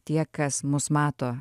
tie kas mus mato